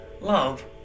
love